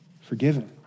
forgiven